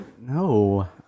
No